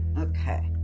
okay